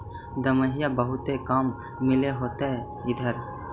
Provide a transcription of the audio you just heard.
दमाहि बहुते काम मिल होतो इधर?